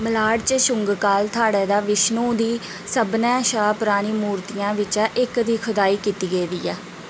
मल्हार च शुंग काल थाह्रै दा विष्णु दी सभनें शा पुरानी मूर्तियें बिच्चा इक दी खुदाई कीती गेदी ऐ